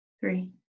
three